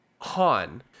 Han